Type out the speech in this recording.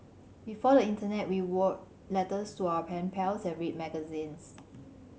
before the internet we were letters to our pen pals and read magazines